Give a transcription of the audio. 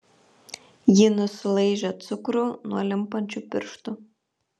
ji nusilaižė cukrų nuo limpančių pirštų